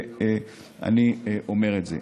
ואני אומר את זה.